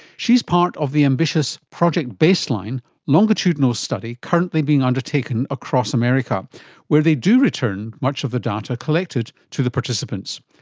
she is part of the ambitious project baseline, a longitudinal study currently being undertaken across america where they do return much of the data collected to the participants.